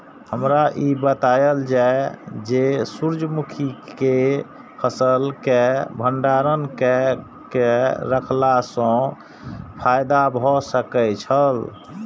हमरा ई बतायल जाए जे सूर्य मुखी केय फसल केय भंडारण केय के रखला सं फायदा भ सकेय छल?